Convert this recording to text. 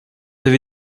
avez